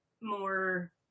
more